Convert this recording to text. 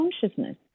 consciousness